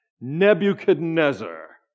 Nebuchadnezzar